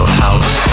house